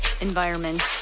environment